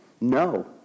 No